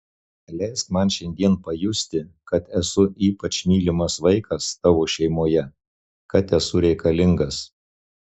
leisk man šiandien pajusti kad esu ypač mylimas vaikas tavo šeimoje kad esu reikalingas